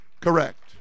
correct